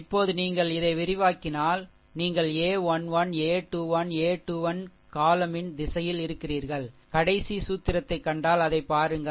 இப்போது நீங்கள் இதை விரிவாக்கினால் இதை விரிவாக்கினால் நீங்கள்a 1 1 a 21 a 2 1 column யின் திசையில் இருக்கிறீர்கள் கடைசி சூத்திரத்தைக் கண்டால் அதைப் பாருங்கள்